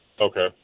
Okay